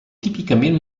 típicament